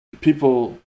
people